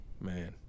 man